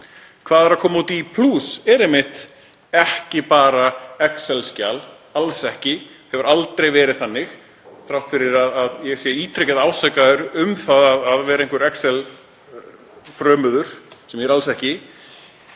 Hvað kemur út í plús er einmitt ekki bara excel-skjal, alls ekki, það hefur aldrei verið þannig þrátt fyrir að ég sé ítrekað ásakaður um að vera einhver excel-frömuður, sem ég er alls ekki.